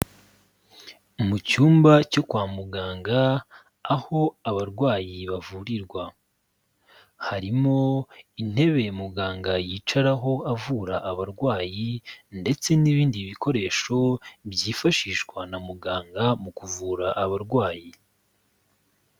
Mu cyumba cyo kwa muganga, aho abarwayi bavurirwa. Harimo intebe muganga yicaraho avura abarwayi ndetse n'ibindi bikoresho byifashishwa na muganga mu kuvura abarwayi.